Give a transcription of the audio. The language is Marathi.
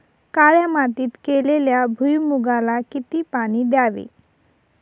काळ्या मातीत केलेल्या भुईमूगाला किती पाणी द्यावे?